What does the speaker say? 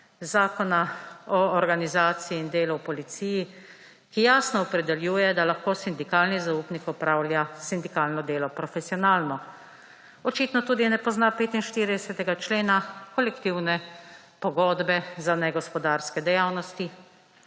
Zakona o organizaciji in delu v policiji, ki jasno opredeljuje, da lahko sindikalni zaupnik opravlja sindikalno delo profesionalno. Očitno tudi ne pozna 45. člena Kolektivne pogodbe za negospodarske dejavnosti,